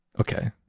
okay